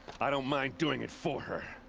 i don't mind doing it for her!